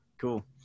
cool